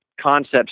concepts